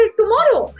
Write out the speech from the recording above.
tomorrow